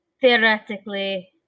theoretically